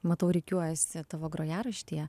matau rikiuojasi tavo grojaraštyje